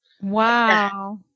Wow